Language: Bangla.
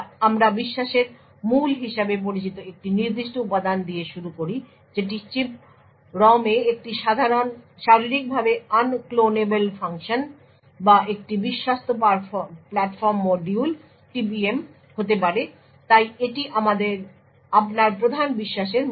আমরা বিশ্বাসের মূল হিসাবে পরিচিত একটি নির্দিষ্ট উপাদান দিয়ে শুরু করি যেটি চিপ ROM এ একটি শারীরিকভাবে আনক্লোনেবল ফাংশন বা একটি বিশ্বস্ত প্ল্যাটফর্ম মডিউল হতে পারে তাই এটি আপনার প্রধান বিশ্বাসের মূল